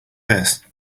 this